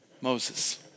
Moses